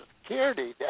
security